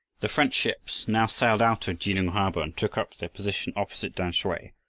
the french ships now sailed out of kelung harbor and took up their position opposite tamsui.